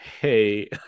hey